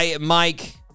Mike